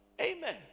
amen